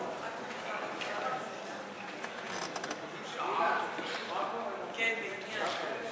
המשותפת וקבוצת סיעת מרצ לסעיף 5 לא נתקבלה.